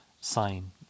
sign